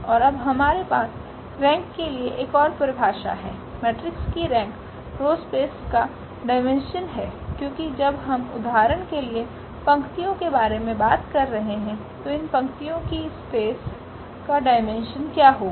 और अब हमारे पास रेंक के लिए एक ओर परिभाषा है मेट्रिक्स की रेंक रो स्पेस का डाइमेन्शन है क्योंकि जब हम उदाहरण के लिए पंक्तियों के बारे में बात कर रहे हैं तो इन पंक्तियों की स्पेस का डाइमेन्शन क्या होगा